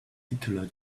particular